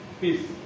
peace